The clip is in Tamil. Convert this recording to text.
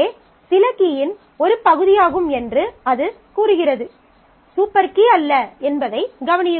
A சில கீயின் ஒரு பகுதியாகும் என்று அது கூறுகிறது சூப்பர் கீ அல்ல என்பதைக் கவனியுங்கள்